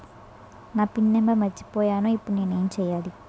నా pin number మర్చిపోయాను ఇప్పుడు నేను ఎంచేయాలి?